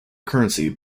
currency